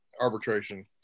arbitration